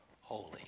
holy